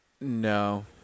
No